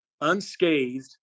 unscathed